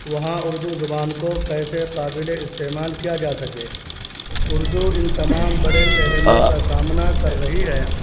وہاں اردو زبان کو کیسے قابل استعمال کیا جا سکے اردو ان تمام بڑے چیلنجوں کا سامنا کر رہی ہے